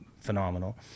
phenomenal